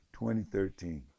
2013